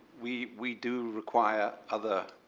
we we do require other